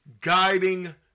guiding